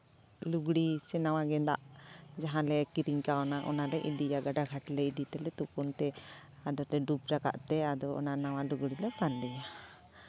ᱞᱩᱜᱽᱲᱤᱡ ᱥᱮ ᱱᱟᱣᱟ ᱜᱮᱸᱫᱟᱜ ᱡᱟᱦᱟᱸ ᱞᱮ ᱠᱤᱨᱤᱧ ᱠᱟᱣᱱᱟ ᱚᱱᱟᱞᱮ ᱤᱫᱤᱭᱟ ᱜᱟᱰᱟ ᱜᱷᱟᱴᱨᱮ ᱤᱫᱤ ᱛᱮᱞᱮ ᱛᱩᱯᱩᱱ ᱛᱮ ᱟᱫᱚᱞᱮ ᱰᱩᱵᱽ ᱨᱟᱠᱟᱵ ᱛᱮ ᱟᱫᱚ ᱚᱱᱟ ᱱᱟᱣᱟ ᱞᱩᱜᱽᱲᱤᱡᱞᱮ ᱵᱟᱸᱫᱮᱭᱟ